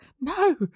No